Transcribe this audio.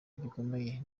gikomeye